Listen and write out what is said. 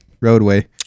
Roadway